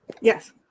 Yes